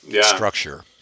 structure